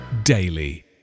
daily